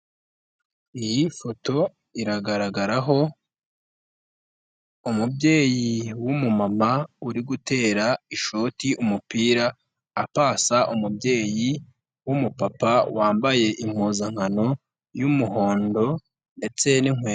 Iyi foto iragaragaraho umubyeyi w'umu mama. Uri gutera ishoti umupira apasa, umubyeyi w'umupapa. Wambaye impuzankano y'umuhondo ndetse n'inkweto.